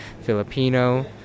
Filipino